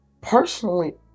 personally